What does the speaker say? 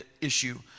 issue